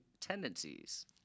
tendencies